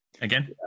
again